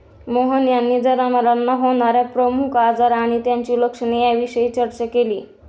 मोहन यांनी जनावरांना होणार्या प्रमुख आजार आणि त्यांची लक्षणे याविषयी चर्चा केली